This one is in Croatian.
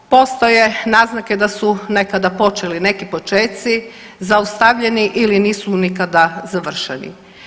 Postoje naznake da su nekada počeli neki počeci zaustavljeni ili nisu nikada završeni.